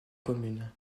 commune